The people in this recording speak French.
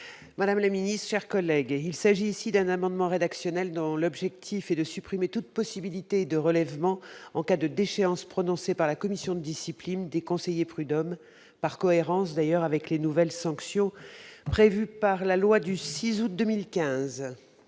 Madame la Ministre, chers collègues, et il s'agit ici d'un amendement rédactionnel dont l'objectif est de supprimer toute possibilité de relèvement en cas de déchéance prononcée par la commission de discipline des conseillers prud'hommes par cohérence, d'ailleurs, avec les nouvelles sanctions prévues par la loi du 6 août 2015,